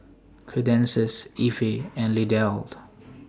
Cadence Ivey and Lindell